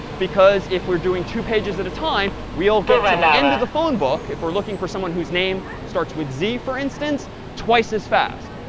because if we're doing two pages at a time we'll get to the end of the phone book if we're looking for someone whose name starts with z, for instance twice as fast.